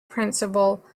principle